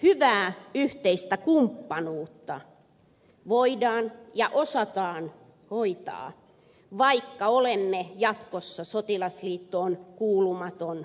toisaalta hyvää yhteistä kumppanuutta voidaan ja osataan hoitaa vaikka olemme jatkossa sotilasliittoon kuulumaton maa